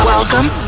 Welcome